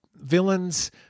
villains